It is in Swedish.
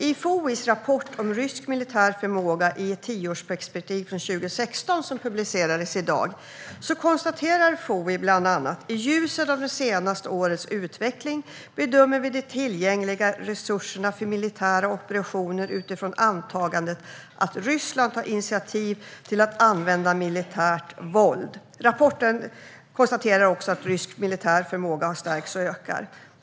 I FOI:s rapport om rysk militär förmåga i ett tioårsperspektiv från 2016, som publicerades i dag, konstaterar man bland annat: I ljuset av det senaste årets utveckling bedömer vi de tillgängliga resurserna för militära operationer utifrån antagandet att Ryssland tar initiativ till att använda militärt våld. I rapporten konstateras också att rysk militär förmåga har stärkts och ökar.